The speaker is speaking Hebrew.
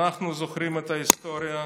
אנחנו זוכרים את ההיסטוריה,